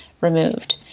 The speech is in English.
removed